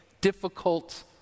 Difficult